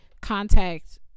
contact